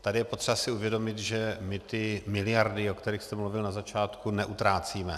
Tady je potřeba si uvědomit, že my ty miliardy, o kterých jste mluvil na začátku, neutrácíme.